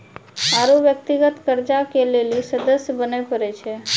आरु व्यक्तिगत कर्जा के लेली सदस्य बने परै छै